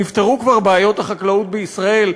נפתרו כבר בעיות החקלאות בישראל,